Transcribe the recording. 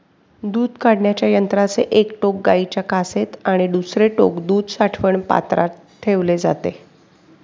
दूध काढण्याच्या यंत्राचे एक टोक गाईच्या कासेत आणि दुसरे टोक दूध साठवण पात्रात ठेवले जाते